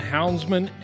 Houndsman